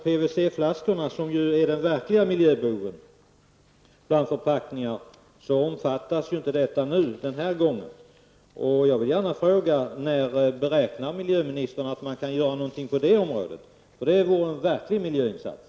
PVC-flaskorna, som ju är den verkliga miljöboven bland förpackningar, omfattas ju inte av lagen denna gång. Jag vill fråga: När beräknar miljöministern att man kan göra någonting på det området? Det vore en verklig miljöinsats.